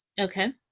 Okay